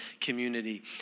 community